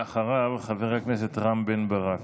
ואחריו, חבר הכנסת רם בן ברק.